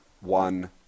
one